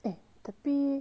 eh tapi